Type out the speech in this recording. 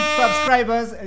subscribers